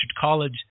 college